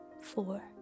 four